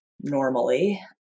normally